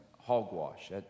hogwash